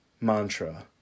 mantra